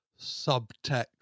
subtext